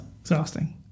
Exhausting